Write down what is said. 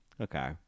okay